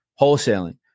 wholesaling